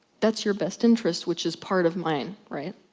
that's your best interest which is part of mine. right?